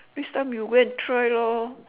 next time you go and try lor